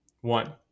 One